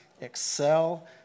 excel